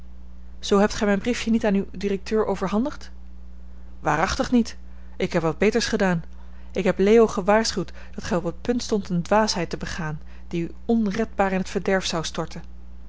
zoo hebt gij mijn briefje niet aan uw directeur overhandigd waarachtig niet ik heb wat beters gedaan ik heb leo gewaarschuwd dat gij op het punt stond eene dwaasheid te begaan die u onredbaar in t verderf zou storten